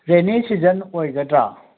rainy season ꯑꯣꯏꯒꯗ꯭ꯔꯥ